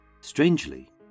Strangely